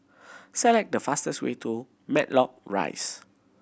select the fastest way to Matlock Rise